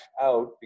out